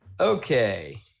Okay